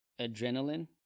adrenaline